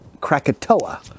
Krakatoa